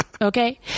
Okay